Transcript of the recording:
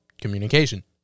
communication